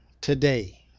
today